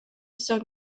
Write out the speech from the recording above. sur